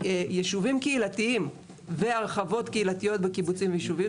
ישובים קהילתיים והרחבות קהילתיות בקיבוצים וישובים,